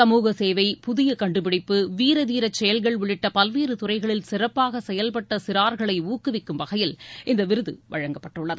சமூகசேவை புதிய கண்டுபிடிப்பு வீர தீர செயல்கள் உள்ளிட்ட பல்வேறு துறைகளில் சிறப்பாக செயல்பட்ட சிறார்களை ஊக்குவிக்கும் வகையில் இந்த விருது வழங்கப்பட்டுள்ளது